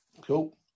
Cool